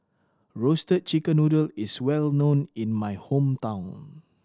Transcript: Roasted Chicken Noodle is well known in my hometown